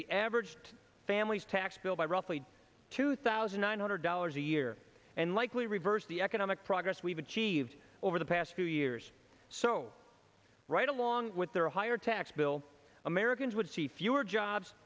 the averaged family's tax bill by roughly two thousand nine hundred dollars a year and likely reverse the economic progress we've achieved over the past few years so right along with their higher tax bill americans would see fewer jobs